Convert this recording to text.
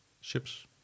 ships